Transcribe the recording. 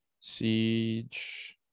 Siege